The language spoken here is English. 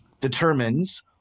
determines